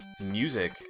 music